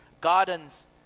gardens